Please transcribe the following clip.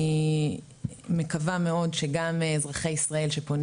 אני מקווה מאוד שגם אזרחי ישראל שפונים